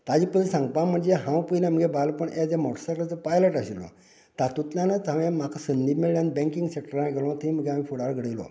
तांजे पयली सांगपा म्हणजे हांव पयलें आमगे बालपण एज मोटर सायकलिचो पायलट आशिल्लो तातूंतल्यानच हांवें म्हाका संदी मेळ्ळ्यान बेंकिंग सेक्टरांक गेलो थंय मागे हांवें फुडार घडयलो